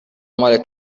مال